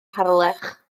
harlech